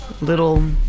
Little